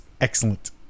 excellent